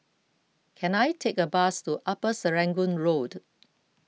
can I take a bus to Upper Serangoon Road